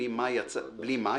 "בלי מה",